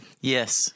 Yes